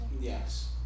Yes